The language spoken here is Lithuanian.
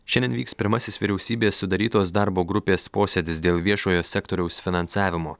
šiandien vyks pirmasis vyriausybės sudarytos darbo grupės posėdis dėl viešojo sektoriaus finansavimo